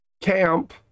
camp